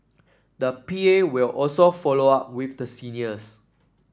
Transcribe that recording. the P A will also follow up with the seniors